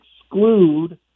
exclude